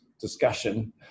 discussion